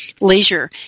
leisure